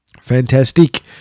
fantastic